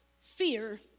fear